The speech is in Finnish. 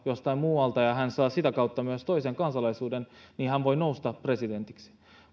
jostain muualta ja hän saa sitä kautta myös toisen kansalaisuuden niin hän voi nousta presidentiksi